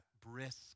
brisk